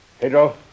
Pedro